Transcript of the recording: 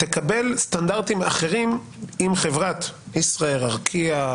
תקבל סטנדרטים אחרים אם חברת ישראייר ארקיע,